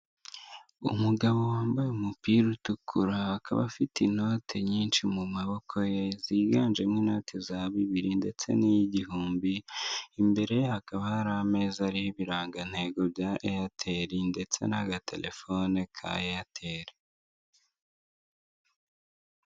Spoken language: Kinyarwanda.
Umugabo wambaye umupira utukura, akaba afite inote nyinshi mu maboko ye, ziganjemo inote za bibiri ndetse n'igihumbi; imbere ye hakaba hari ameza ariho ibirangantego bya airtel ndetse n'agatelefone ka airtel.